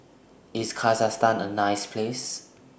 IS Kazakhstan A nice Place